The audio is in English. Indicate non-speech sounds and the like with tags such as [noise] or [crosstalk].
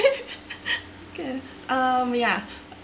[laughs] okay um ya